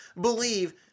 believe